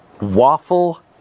waffle